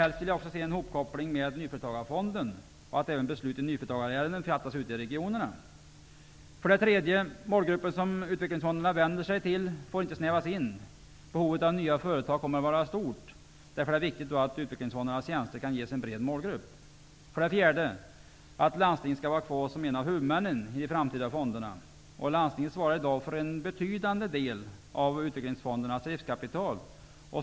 Helst vill jag också se en hopkoppling med nyföretagarfonden och att även beslut i nyföretagarärenden fattas ute i regionerna. För det tredje får inte den målgrupp som utvecklingsfonderna vänder sig till bli snävare. Behovet av nya företag kommer att vara stort. Det är därför viktigt att utvecklingsfondernas tjänster kan erbjudas till en bred målgrupp. För det fjärde skall landstinget vara kvar som en av huvudmännen i de framtida fonderna. Landstinget svarar i dag för en betydande del av utvecklingsfondernas driftskapital.